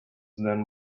then